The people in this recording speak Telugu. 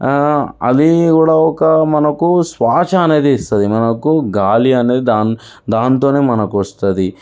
అది కూడా ఒక మనకు శ్వాస అనేది ఇస్తుంది మనకు గాలి అనేది దాని దానితోనే మనకు వస్తుంది